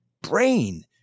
Brain